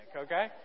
okay